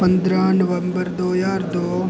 पंदरां नवम्बर दो ज्हार दो